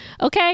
Okay